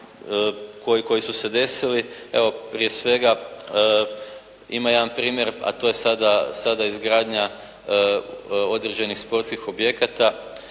koji su se desili. Evo, prije svega ima jedan primjer, a to je sada izgradnja određenih sportskih objekata